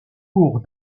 cours